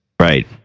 Right